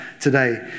today